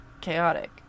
chaotic